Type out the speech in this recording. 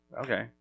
Okay